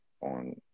on